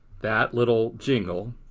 that little jingle